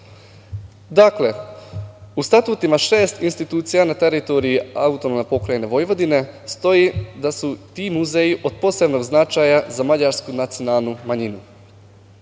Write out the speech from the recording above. u statutima šest institucija na teritoriji AP Vojvodine stoji da su ti muzeji od posebnog značaja za mađarsku nacionalnu manjinu.